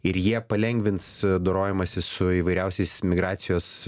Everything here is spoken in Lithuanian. ir jie palengvins dorojimąsi su įvairiausiais migracijos